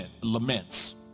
laments